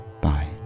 bye